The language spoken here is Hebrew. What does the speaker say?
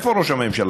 איפה ראש הממשלה: